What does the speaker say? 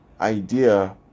Idea